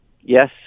Yes